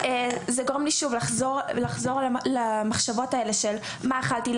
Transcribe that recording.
זה גורם לי שוב לחזור למחשבות האלה של: מה אכלתי,